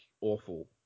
awful